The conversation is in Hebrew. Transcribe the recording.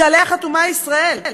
שעליה חתומה ישראל.